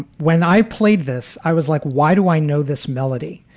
when i played this, i was like, why do i know this melody?